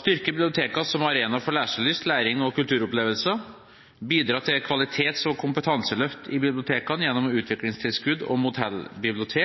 «Styrke bibliotekene som arenaer for leselyst, læring og kulturopplevelser. Bidra til et kvalitets- og kompetanseløft i bibliotekene gjennom utviklingstilskudd og